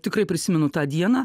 tikrai prisimenu tą dieną